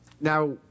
Now